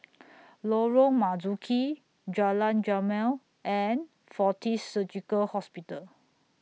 Lorong Marzuki Jalan Jamal and Fortis Surgical Hospital